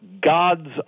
gods